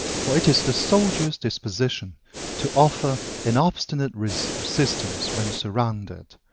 for it is the soldier's disposition to offer an obstinate resistance when surrounded,